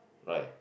right